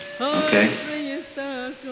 okay